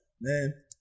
man